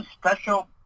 special